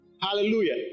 Hallelujah